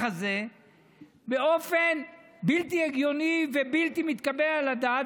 הזה באופן בלתי הגיוני ובלתי מתקבל על הדעת,